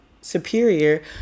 superior